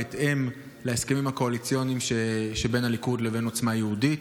בהתאם להסכמים הקואליציוניים שבין הליכוד לבין עוצמה יהודית.